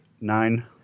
Nine